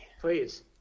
please